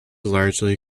largely